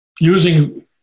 using